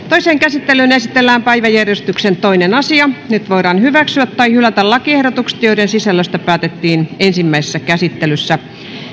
toiseen käsittelyyn esitellään päiväjärjestyksen toinen asia nyt voidaan hyväksyä tai hylätä lakiehdotukset joiden sisällöstä päätettiin ensimmäisessä käsittelyssä